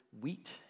wheat